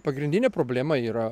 pagrindinė problema yra